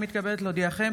הינני מתכבדת להודיעכם,